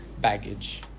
baggage